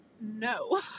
No